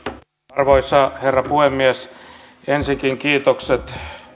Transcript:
arvoisa herra puhemies ensinkin kiitokset